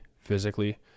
physically